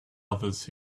others